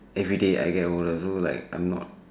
everyday I get older so like I am not